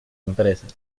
empresas